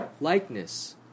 likeness